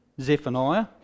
Zephaniah